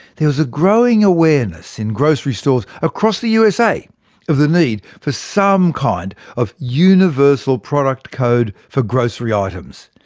there was a growing awareness in grocery stores across the usa of the need for some kind of universal product code for grocery items.